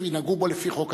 ינהגו בו לפי חוק התקציב.